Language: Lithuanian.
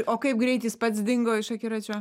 o kaip greit jis pats dingo iš akiračio